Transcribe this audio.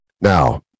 Now